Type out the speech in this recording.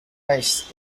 ice